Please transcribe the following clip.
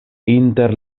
inter